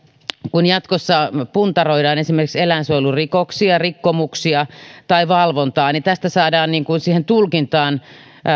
kun jatkossa puntaroidaan esimerkiksi eläinsuojelurikoksia rikkomuksia tai valvontaa niin tästä saadaan siihen tulkintaan